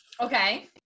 Okay